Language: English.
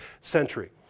century